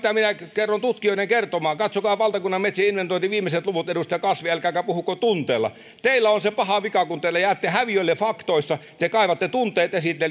tutkijoiden kertomaa katsokaa valtakunnan metsien inventoinnin viimeiset luvut edustaja kasvi älkääkä puhuko tunteella teillä vihreillä on se paha vika että kun te jäätte häviölle faktoissa te kaivatte tunteet